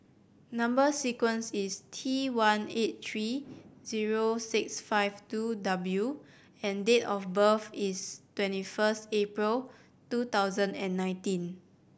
number sequence is T one eight three zero six five two W and date of birth is twenty first April two thousand and nineteen